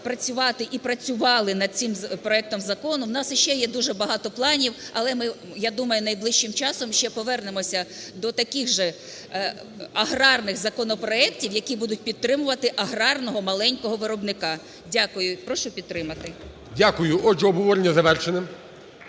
працювати і працювали над цим проектом закону. У нас ще є дуже багато планів, але ми, я думаю, найближчим часом ще повернемося до таких же аграрних законопроектів, які будуть підтримувати аграрного маленького виробника. Дякую. І прошу підтримати. ГОЛОВУЮЧИЙ. Дякую. Отже, обговорення завершено.